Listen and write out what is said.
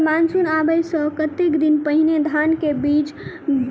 Sir monsoon आबै सऽ कतेक दिन पहिने धान केँ बीज गिराबू?